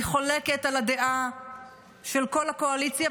אני חולקת על הדעה של כל הקואליציה,